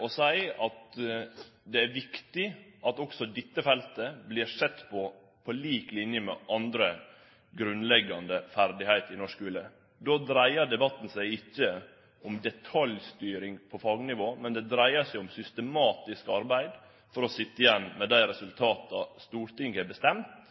å seie at det er viktig at også dette feltet vert sett på på lik line med andre grunnleggjande ferdigheiter i norsk skule. Då dreiar debatten seg ikkje om detaljstyring på fagnivå, men det dreiar seg om systematisk arbeid for å sitje igjen med dei resultata Stortinget har bestemt